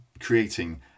creating